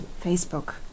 Facebook